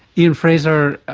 ian frazer,